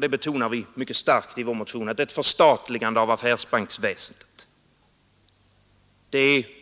Vi betonar mycket starkt i vår motion att ett förstatligande av affärsbanksväsendet